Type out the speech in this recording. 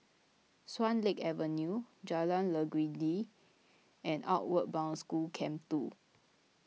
Swan Lake Avenue Jalan Legundi and Outward Bound School Camp two